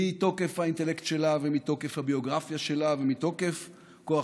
מתוקף האינטלקט שלה ומתוקף הביוגרפיה שלה ומתוקף כוח